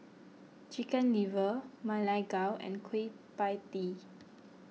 Chicken Liver Ma Lai Gao and Kueh Pie Tee